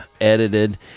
edited